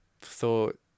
thought